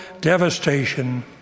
devastation